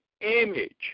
image